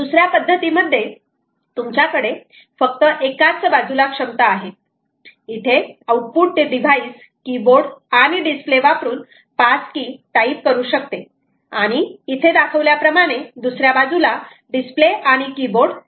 दुसऱ्या पद्धतीमध्ये तुमच्याकडे फक्त एकाच बाजूला क्षमता आहे इथे आउटपुट डिवाइस कीबोर्ड आणि डिस्प्ले वापरून पास की टाईप करू शकते आणि इथे दाखवल्याप्रमाणे दुसऱ्या बाजूला डिस्प्ले आणि कीबोर्ड नाही